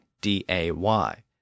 D-A-Y